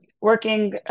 working